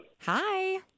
Hi